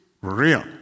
Real